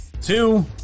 two